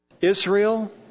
Israel